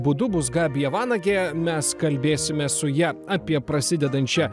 būdu bus gabija vanagė mes kalbėsimės su ja apie prasidedančią